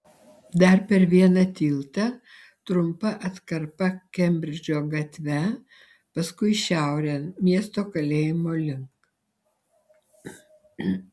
dar per vieną tiltą trumpa atkarpa kembridžo gatve paskui šiaurėn miesto kalėjimo link